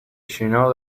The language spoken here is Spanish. llenó